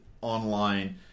Online